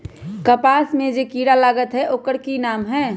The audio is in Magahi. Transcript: कपास में जे किरा लागत है ओकर कि नाम है?